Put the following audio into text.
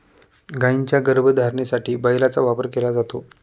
गायींच्या गर्भधारणेसाठी बैलाचा वापर केला जातो